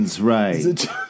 right